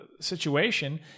situation